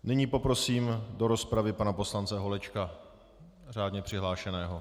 Nyní poprosím do rozpravy pana poslance Holečka, řádně přihlášeného.